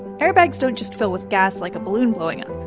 airbags don't just fill with gas like a balloon blowing up.